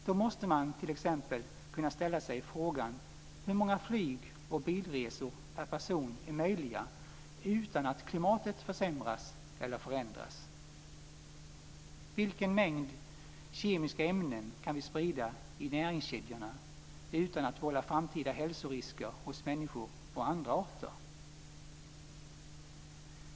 Då måste man t.ex. kunna ställa sig frågan hur många flyg och bilresor per person är möjliga utan att klimatet försämras eller förändras. Vilken mängd kemiska ämnen kan vi sprida i näringskedjorna utan att vålla framtida hälsorisker hos människor och andra arter?